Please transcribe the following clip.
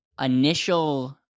initial